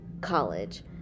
college